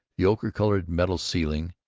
the ocher-colored metal ceiling,